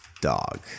dog